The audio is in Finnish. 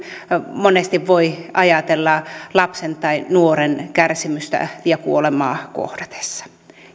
monesti voi ajatella lapsen tai nuoren kärsimystä ja kuolemaa kohdatessa